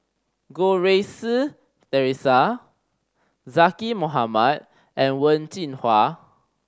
Goh Rui Si Theresa Zaqy Mohamad and Wen Jinhua